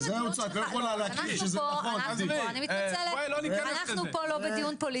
אנחנו פה לא בדיון פוליטי.